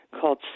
called